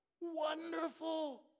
Wonderful